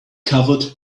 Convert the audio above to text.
covered